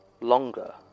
longer